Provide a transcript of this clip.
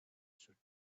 should